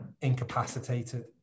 incapacitated